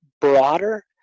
broader